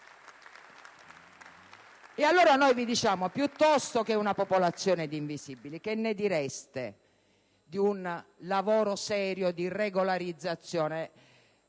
Allora, noi vi diciamo: piuttosto che una popolazione di invisibili, che ne direste di un lavoro serio di regolarizzazione?